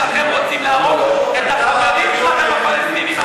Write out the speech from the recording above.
רוצים להרוג את החברים שלכם הפלסטינים.